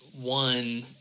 One